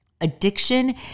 Addiction